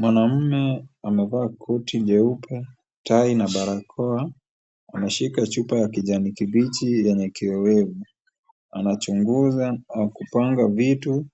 Mwanaume amevaa koti jeupe, tai na barakoa ameshika chupa ya kijani kibichi yenye kioevu. Anachunguza au kupanga vitu